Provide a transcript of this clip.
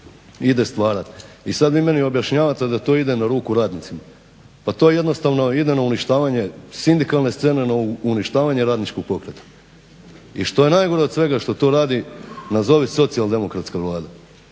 ide stvarati. I sad vi meni objašnjavate da to ide na ruku radnicima? Pa to jednostavno ide na uništavanje sindikalne scene, na uništavanje radničkog pokreta. I što je najgore od svega što to radi nazovi socijaldemokratska Vlada.